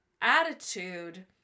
attitude